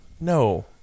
No